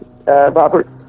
Robert